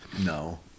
No